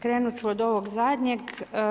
Krenut ću od ovog zadnjeg.